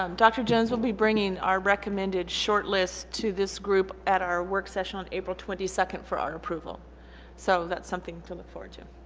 um dr. jones will be bringing our recommended shortlist to this group at our work session on april twenty second for our approval so that's something to look forward